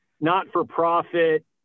not-for-profit